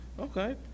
Okay